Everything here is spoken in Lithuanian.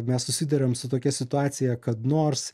mes susiduriam su tokia situacija kad nors